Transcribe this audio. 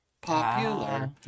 popular